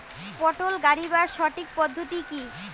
পটল গারিবার সঠিক পদ্ধতি কি?